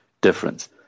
difference